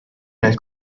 nel